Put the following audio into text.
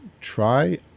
try